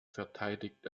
verteidigt